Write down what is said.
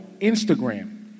Instagram